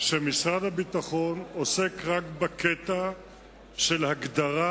שמשרד הביטחון עוסק רק בקטע של הגדרת